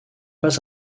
pas